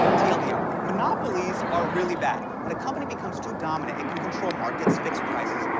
tldr monopolies are really bad. when a company becomes too dominant, it can control markets, fix prices,